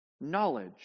knowledge